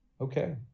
Okay